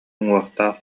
уҥуохтаах